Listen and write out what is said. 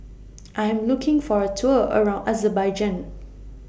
I Am looking For A Tour around Azerbaijan